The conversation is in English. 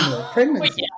pregnancy